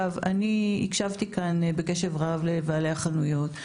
אני הקשבתי כאן בקשב רב לבעלי החנויות.